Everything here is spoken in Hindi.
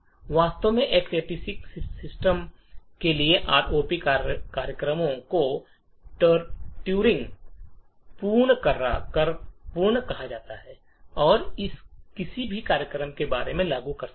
वास्तव में X86 सिस्टम के लिए आरओपी कार्यक्रमों को ट्यूरिंग पूर्ण कहा जाता है और यह किसी भी कार्यक्रम के बारे में लागू कर सकता है